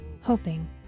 hoping